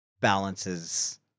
balances